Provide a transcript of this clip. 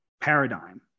paradigm